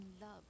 love